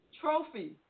Trophy